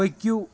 پٔکِو